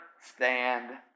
stand